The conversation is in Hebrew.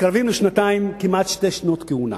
מתקרבים לשנתיים, כמעט שתי שנות כהונה,